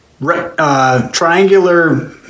Triangular